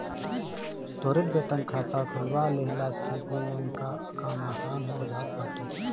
त्वरित वेतन खाता खोलवा लेहला से लेनदेन कअ काम आसान हो जात बाटे